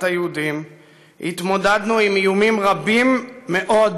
היהודים התמודדנו עם איומים רבים מאוד,